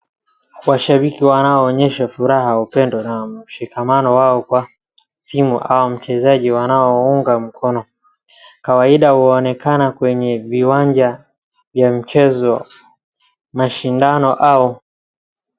Washabiki wanoonyesha furaha, upendo na mshikamano wao kwa timu ama mchezaji wanaounga mkono. Kawaida huonekana kwenye viwanja vya michezo na mashindano.